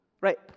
Right